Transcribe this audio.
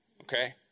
okay